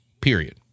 period